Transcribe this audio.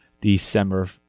December